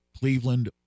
Cleveland